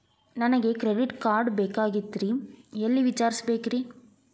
ನನಗೆ credit card ಬೇಕಾಗಿತ್ರಿ ಎಲ್ಲಿ ವಿಚಾರಿಸಬೇಕ್ರಿ?